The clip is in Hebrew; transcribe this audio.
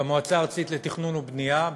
במועצה הארצית לתכנון ובנייה,